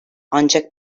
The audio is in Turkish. ancak